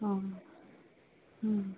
অঁ